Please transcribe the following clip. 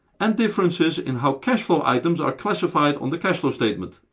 and differences in how cash flow items are classified on the cash flow statement.